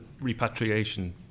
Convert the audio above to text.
repatriation